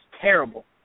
terrible